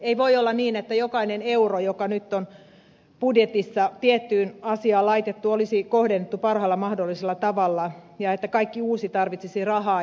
ei voi olla niin että jokainen euro joka nyt on budjetissa tiettyyn asiaan laitettu olisi kohdennettu parhaalla mahdollisella tavalla ja että kaikki uusi tarvitsisi rahaa